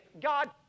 God